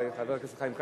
חבר הכנסת חיים כץ.